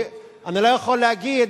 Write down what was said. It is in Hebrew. אני לא יכול להגיד,